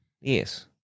Yes